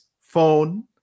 Phone